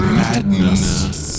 madness